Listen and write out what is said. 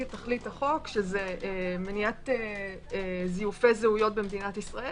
את תכלית החוק שזה מניעת זיופי זהויות במדינת ישראל,